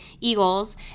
Eagles